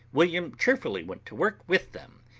william cheerfully went to work with them,